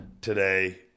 today